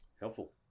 helpful